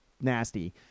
nasty